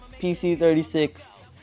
PC36